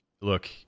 Look